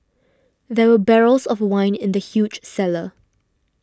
there were barrels of wine in the huge cellar